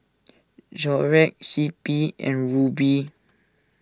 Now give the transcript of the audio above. Xorex C P and Rubi